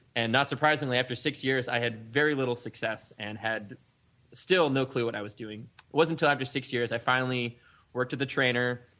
and not surprisingly, after six years, i had very little success and had still no clue what i was doing. it was until after six years, i finally worked with trainer,